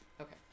Okay